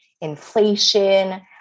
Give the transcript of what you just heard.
inflation